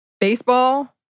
Baseball